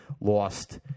lost